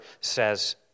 says